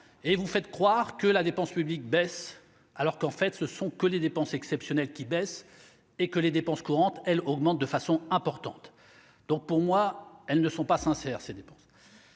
et vous faites croire que la dépense publique baisse alors qu'en fait ce sont que les dépenses exceptionnelles qui baissent et que les dépenses courantes, elle augmente de façon importante, donc pour moi, elles ne sont pas sincères ses dépenses.